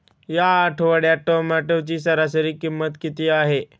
या आठवड्यात टोमॅटोची सरासरी किंमत किती आहे?